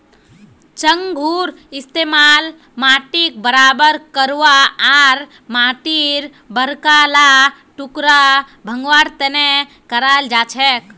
चंघूर इस्तमाल माटीक बराबर करवा आर माटीर बड़का ला टुकड़ा भंगवार तने कराल जाछेक